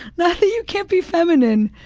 not that you can't be feminine,